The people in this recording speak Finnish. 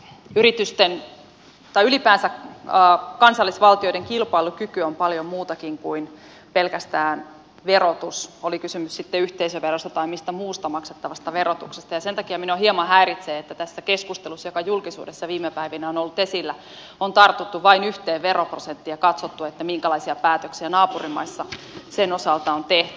yritysten tai ylipäänsä kansallisvaltioiden kilpailukyky on paljon muutakin kuin pelkästään verotus oli kysymys sitten yhteisöverosta tai mistä muusta maksettavasta verotuksesta ja sen takia minua hieman häiritsee että tässä keskustelussa joka julkisuudessa viime päivinä on ollut esillä on tartuttu vain yhteen veroprosenttiin ja katsottu minkälaisia päätöksiä naapurimaissa sen osalta on tehty